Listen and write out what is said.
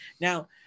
Now